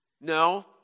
No